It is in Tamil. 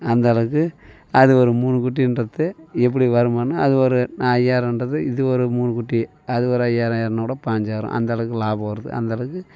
அந்த அளவுக்கு அது ஒரு மூணு குட்டின்றது எப்படி வருமுன்னா அது ஒரு ந ஐயாயிரம்ன்றது இது ஒரு மூணு குட்டி அது ஒரு ஐயாயிரம் ஐயாயிரம்னாக்கூட பாய்ஞ்சாயிரம் அந்த அளவுக்கு லாபம் வருது அந்த அளவுக்கு